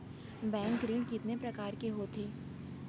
Bank ऋण कितने परकार के होथे ए?